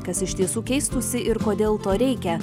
kas iš tiesų keistųsi ir kodėl to reikia